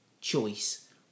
choice